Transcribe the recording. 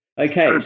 Okay